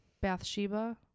Bathsheba